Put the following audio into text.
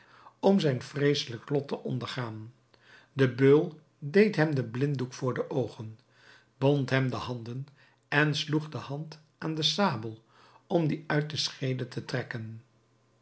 om zijn vreesselijk lot te ondergaan de beul deed hem den blinddoek voor de oogen bond hem de handen en sloeg de hand aan de sabel om die uit de scheede te trekken